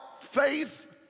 Faith